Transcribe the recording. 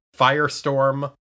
Firestorm